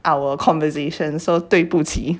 our conversation so 对不起